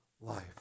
life